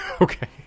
Okay